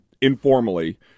informally